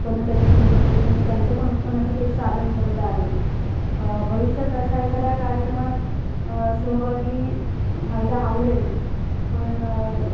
उत्पन्न त्याच्यातून मिळतं त्याच्यामुळे त्यांचं पण उत्पन्नाचं ते एक साधन बनलं आहे भविष्यात अशा एखाद्या कार्यक्रमात सहभागी व्हायला आवडेल पण